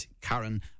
karen